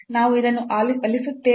ನಾನು ಇದನ್ನು ಅಳಿಸುತ್ತೇನೆ